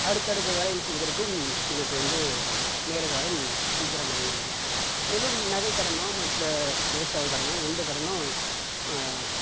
அடுத்தடுத்த வேலைகள் செய்வதற்கும் எனக்கு வந்து நேரங்காலம் சீக்கிரம் அமைகிறது மேலும் நகைக் கடனோ மற்ற விவசாயக் கடனோ எந்த கடனோ